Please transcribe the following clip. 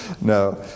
no